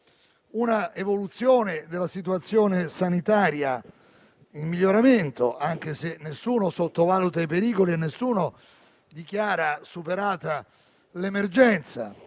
dall'evoluzione della situazione sanitaria in miglioramento, anche se nessuno sottovaluta i pericoli, né dichiara superata l'emergenza.